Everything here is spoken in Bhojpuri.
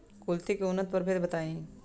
कुलथी के उन्नत प्रभेद बताई?